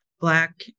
Black